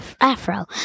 afro